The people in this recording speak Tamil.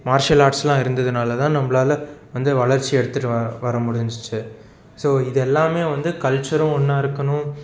மார்ஷியல் ஆர்ட்ஸுலாம் இருந்ததனால தான் நம்மளால வந்து வளர்ச்சி எடுத்துகிட்டு வர வர முடிஞ்சிச்சு ஸோ இதெல்லாமே வந்து கல்ச்சரும் ஒன்றா இருக்கணும்